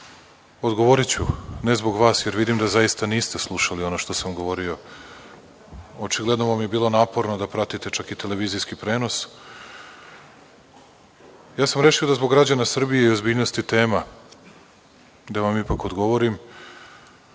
Odgovoriću, ne zbog vas, jer vidim da zaista niste slušali ono što sam govorio. Očigledno vam je bilo naporno da pratite čak i televizijski prenos. Rešio sam zbog građana Srbije i ozbiljnosti tema da vam ipak odgovorim,